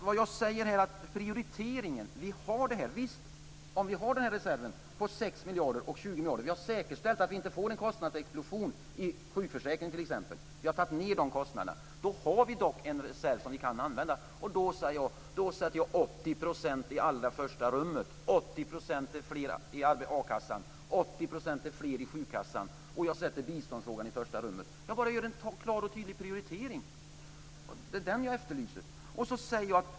Vad jag säger när det gäller prioriteringen är: Visst, om vi har reserver på 6 miljarder och 20 miljarder, om vi har säkerställt att vi inte får en kostnadsexplosion i t.ex. sjukförsäkringen, om vi har tagit ned de kostnaderna - då har vi dock en reserv vi kan använda. Och då sätter jag 80 % i allra första rummet Och jag sätter biståndsfrågan i första rummet. Jag gör en klar och tydlig prioritering. Det är den jag efterlyser.